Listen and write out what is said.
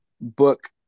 book